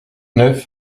neuf